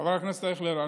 חבר הכנסת אייכלר,